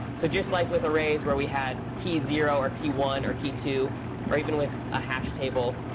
so just like with arrays where we had key zero or key one or key two or even with a hash table,